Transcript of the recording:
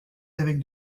avec